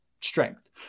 strength